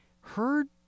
Heard